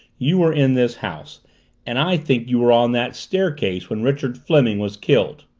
you were in this house and i think you were on that staircase when richard fleming was killed!